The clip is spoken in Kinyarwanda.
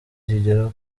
kigera